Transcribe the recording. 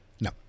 No